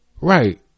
right